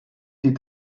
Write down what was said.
die